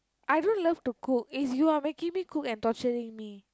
I don't love to cook it's you are making me cook and torturing me